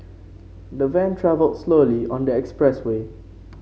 the van travelled slowly on the express way